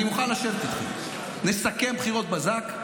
אני מוכן לשבת איתכם, נסכם בחירות בזק,